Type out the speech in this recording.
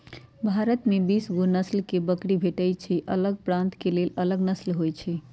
भारत में बीसगो नसल के बकरी भेटइ छइ अलग प्रान्त के लेल अलग नसल होइ छइ